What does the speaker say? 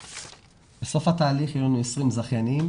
בסוף התהליך יהיו לנו 20 זכיינים